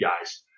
guys